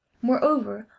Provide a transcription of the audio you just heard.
moreover,